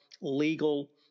legal